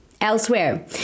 Elsewhere